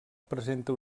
presenta